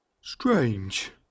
Strange